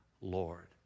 Lord